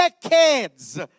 decades